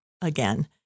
again